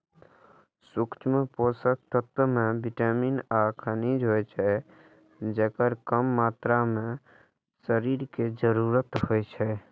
सूक्ष्म पोषक तत्व मे विटामिन आ खनिज होइ छै, जेकर कम मात्रा मे शरीर कें जरूरत होइ छै